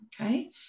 okay